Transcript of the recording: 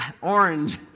orange